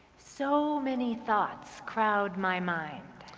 so many thoughts crowd my mind.